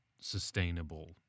sustainable